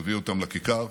מביא אותם לכיכר,